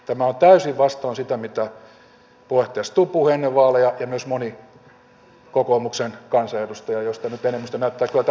tämä on täysin vastoin sitä mitä puheenjohtaja stubb puhui ennen vaaleja ja myös moni kokoomuksen kansanedustaja joista nyt enemmistö näyttää kyllä tänään olevan poissa